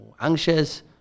anxious